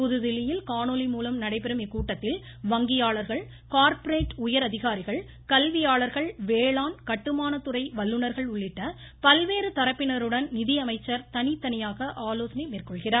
புதுதில்லியில் காணொலி மூலம் நடைபெறும் இக்கூட்டத்தில் வங்கியாளர்கள் கார்ப்பரேட் உயர்அதிகாரிகள் கல்வியாளர்கள் வேளாண் கட்டுமான துறை வல்லுனர்கள் உள்ளிட்ட பல்வேறு தரப்பினருடன் நிதியமைச்சர் தனித்தனியாக ஆலோசனை மேற்கொள்கிறார்